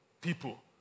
people